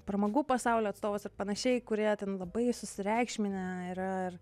pramogų pasaulio atstovus ir panašiai kurie ten labai susireikšminę yra ir